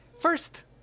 First